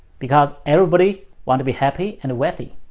because everybody want to be happy and wealthy.